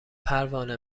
پروانه